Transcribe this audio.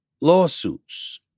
lawsuits